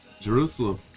jerusalem